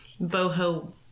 boho